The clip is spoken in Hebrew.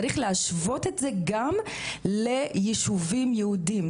צריך להשוות את זה גם לישובים יהודים.